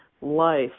life